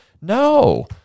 No